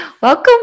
Welcome